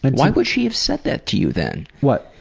but why would she have said that to you then? what?